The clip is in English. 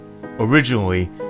Originally